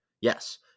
Yes